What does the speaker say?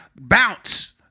bounce